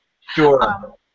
Sure